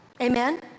Amen